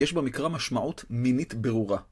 יש במקרא משמעות מינית ברורה.